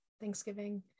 Thanksgiving